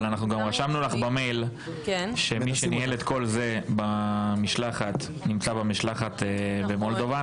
אבל אנחנו גם רשמנו לך במייל שמי שניהל את כל זה נמצא במשלחת במולדובה,